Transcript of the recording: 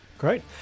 Great